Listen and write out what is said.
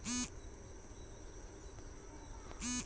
ಸಾಲ ಮರುಪಾವತಿ ಮಾಡಬೇಕಂದ್ರ ನನಗೆ ಏನಾದರೂ ಸಮಸ್ಯೆ ಆದರೆ?